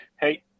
Hey